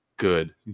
good